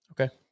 Okay